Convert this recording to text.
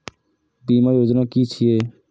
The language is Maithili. बीमा योजना कि छिऐ?